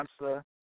answer